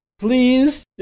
Please